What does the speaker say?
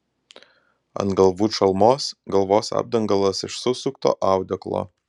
ant galvų čalmos galvos apdangalas iš susukto audeklo